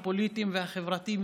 הפוליטיים והחברתיים,